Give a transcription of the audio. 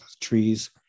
trees